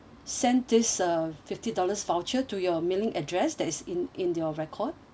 send this uh fifty dollars voucher to your mailing address that is in in your record